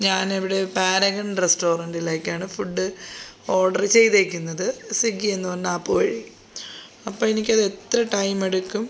ഞാൻ ഇവിടെ പാരഗൺ റസ്റ്റോറൻറിലേക്കാണ് ഫുഡ് ഓർഡർ ചെയ്തിരിക്കുന്നത് സ്വിഗ്ഗി എന്ന് പറഞ്ഞ ആപ്പ് വഴി അപ്പോൾ എനിക്കത് എത്ര ടൈം എടുക്കും